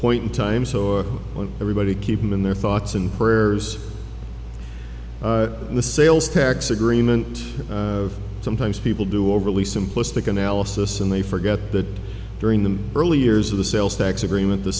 point in time so when everybody keep him in their thoughts and prayers in the sales tax agreement sometimes people do overly simplistic analysis and they forget that during the early years of the sales tax agreement the